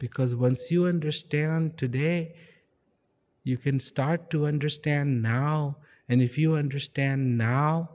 because once you understand today you can start to understand now and if you understand now